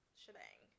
shebang